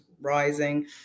rising